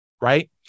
Right